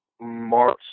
March